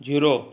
zero